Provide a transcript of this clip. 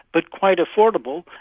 but quite affordable.